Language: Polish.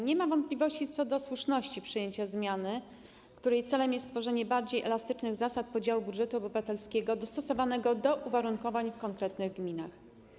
Nie ma wątpliwości co do słuszności przyjęcia zmiany, której celem jest stworzenie bardziej elastycznych zasad podziału budżetu obywatelskiego dostosowanego do uwarunkowań w konkretnych gminach.